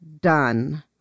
done